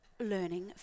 learning